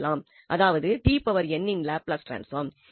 அதாவதுஇன் Laplace transform